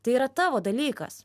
tai yra tavo dalykas